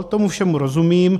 Tomu všemu rozumím.